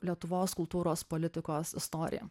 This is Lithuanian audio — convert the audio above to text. lietuvos kultūros politikos istorija